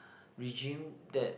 regime that